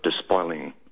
despoiling